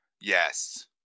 Yes